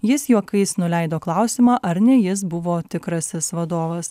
jis juokais nuleido klausimą ar ne jis buvo tikrasis vadovas